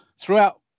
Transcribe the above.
throughout